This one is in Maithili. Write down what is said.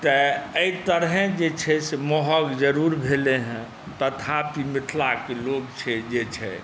तऽ एहि तरहेँ जे छै से महग जरूर भेलै हेँ तथापि मिथिलाके लोक छै जे छै